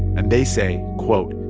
and they say, quote,